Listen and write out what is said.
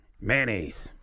mayonnaise